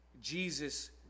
Jesus